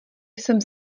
jsem